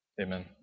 Amen